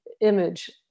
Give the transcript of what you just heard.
image